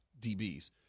DBs